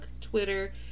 Twitter